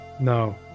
No